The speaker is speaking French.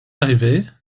arrivée